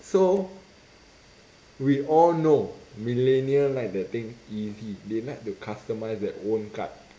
so we all know millennial like their thing easy they like to customise their own card